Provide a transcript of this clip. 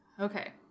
Okay